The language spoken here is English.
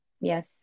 Yes